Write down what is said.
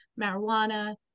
marijuana